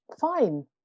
fine